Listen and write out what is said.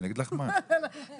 זה